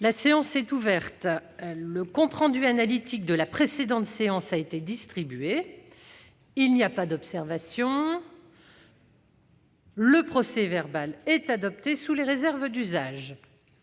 La séance est ouverte. Le compte rendu analytique de la précédente séance a été distribué. Il n'y a pas d'observation ?... Le procès-verbal est adopté sous les réserves d'usage.